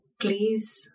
please